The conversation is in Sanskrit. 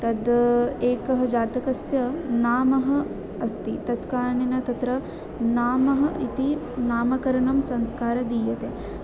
तद् एकः जातकस्य नामः अस्ति तत्कारणेन तत्र नामः इति नामकरणं संस्कार दीयते